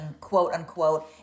quote-unquote